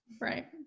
Right